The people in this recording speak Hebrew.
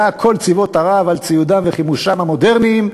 כל צבאות ערב על ציודם וחימושם המודרניים,